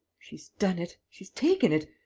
she's done it. she's taken it.